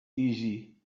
easy